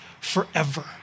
forever